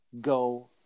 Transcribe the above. go